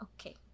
Okay